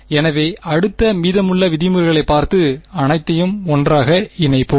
எனவே அடுத்து மீதமுள்ள விதிமுறைகளைப் பார்த்து அனைத்தையும் ஒன்றாக இணைப்போம்